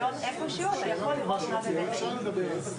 אתה רוצה שנעלה את המצגת?